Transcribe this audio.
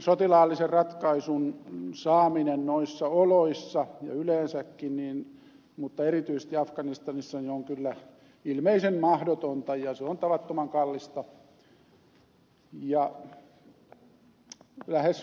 sotilaallisen ratkaisun aikaansaaminen noissa oloissa ja yleensäkin mutta erityisesti afganistanissa on kyllä ilmeisen mahdotonta ja tavattoman kallista ja lähes toivotonta